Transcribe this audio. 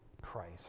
Christ